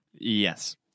Yes